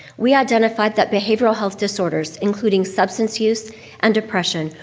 we identified that behavioral health disorders, including substance use and depression,